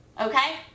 Okay